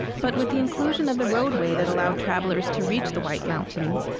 but with the inclusion of the roadway that allowed travelers to reach the white mountains,